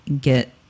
get